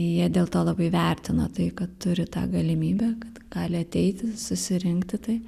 jie dėl to labai vertino tai kad turi tą galimybę kad gali ateiti susirinkti tai